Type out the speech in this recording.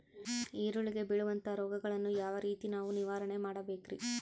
ಈರುಳ್ಳಿಗೆ ಬೇಳುವಂತಹ ರೋಗಗಳನ್ನು ಯಾವ ರೇತಿ ನಾವು ನಿವಾರಣೆ ಮಾಡಬೇಕ್ರಿ?